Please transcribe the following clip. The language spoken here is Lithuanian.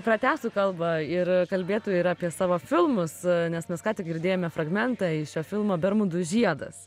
pratęstų kalbą ir kalbėtų ir apie savo filmus nes mes ką tik girdėjome fragmentą iš jo filmo bermudų žiedas